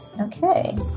Okay